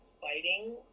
fighting